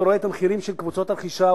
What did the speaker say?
ורואה את המחירים של קבוצות רכישה,